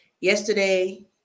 Yesterday